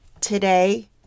today